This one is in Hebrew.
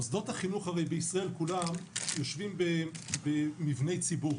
מוסדות החינוך הרי בישראל כולם יושבים במבני ציבור.